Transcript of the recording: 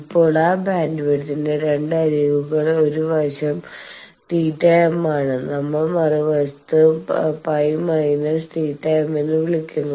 ഇപ്പോൾ ആ ബാൻഡ്വിഡ്ത്തിന്റെ രണ്ട് അരികുകളിൽ ഒരു വശം θm ആണ് നമ്മൾ മറുവശത്തെ π θm എന്ന് വിളിക്കുന്നു